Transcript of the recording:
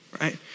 right